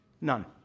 None